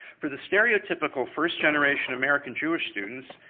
for the stereotypical first generation american jewish students,